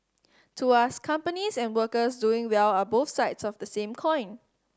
to us companies and workers doing well are both sides of the same coin